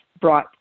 brought